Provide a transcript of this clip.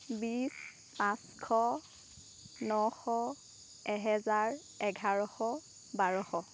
বিছ পাঁচশ নশ এহেজাৰ এঘাৰশ বাৰশ